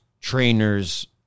trainers